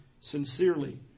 sincerely